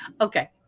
Okay